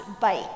bite